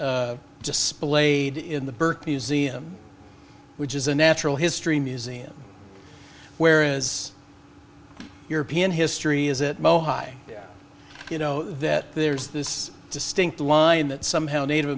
displayed in the birth museum which is a natural history museum where is european history is it mohai you know that there's this distinct line that somehow native